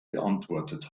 beantwortet